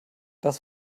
das